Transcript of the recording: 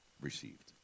received